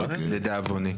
לדאבוני.